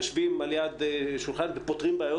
יושבים ליד שולחן ופותרים בעיות